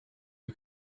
you